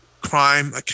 crime